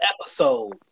episode